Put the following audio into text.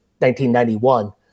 1991